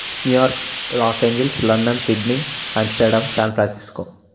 New York los angels London Sydney Amsterdam San Francisco